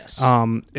Yes